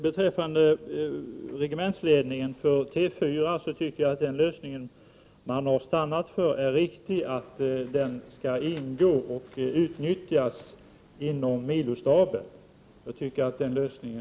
Beträffande regementsledningen för T 4 tycker jag att den lösning man har stannat för är riktig, dvs. att den skall ingå och uttnyttjas inom milostaben. Jag ställer upp på den lösningen.